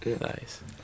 Nice